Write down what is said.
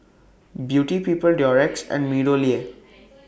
Beauty People Durex and Meadowlea